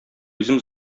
үзем